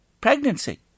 pregnancy